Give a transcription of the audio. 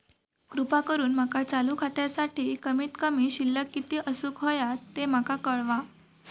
कृपा करून माका चालू खात्यासाठी कमित कमी शिल्लक किती असूक होया ते माका कळवा